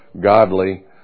godly